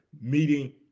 meeting